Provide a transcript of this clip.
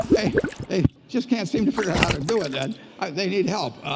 they just can't seem to figure out how to do it, and they need help.